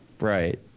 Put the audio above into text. right